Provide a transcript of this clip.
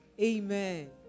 Amen